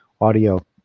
audio